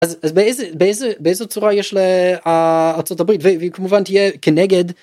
באיזה באיזה באיזה צורה יש לארצות הברית? והיא כמובן תהיה כנגד.